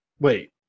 wait